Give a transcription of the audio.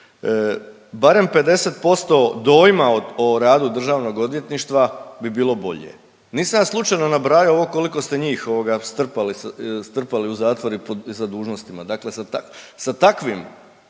barem 50% dojma o radu Državnog odvjetništva bi bilo bolje. Nisam ja slučajno nabrajao ovo koliko ste njih ovoga strpali, strpali u zatvor i sa dužnostima,